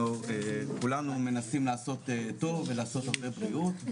כולנו מנסים לעשות טוב ולעשות הרבה בריאות,